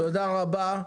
תודה רבה.